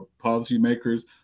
policymakers